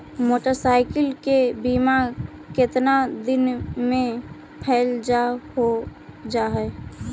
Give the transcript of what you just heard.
Motorcycle के बिमा केतना दिन मे फेल हो जा है?